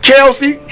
Kelsey